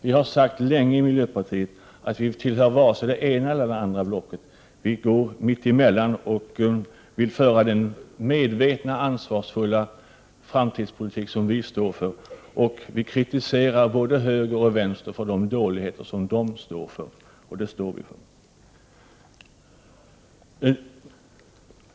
Vi har länge sagt att miljöpartiet inte tillhör vare sig det ena eller det andra blocket. Vi går mitt emellan och vill föra den medvetna, ansvarsfulla framtidspolitik som vi står för. Vi kritiserar både höger och vänster för de dåligheter som de står för — och det står vi för.